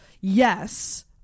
yes